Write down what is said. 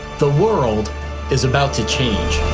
the world is about to change.